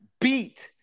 beat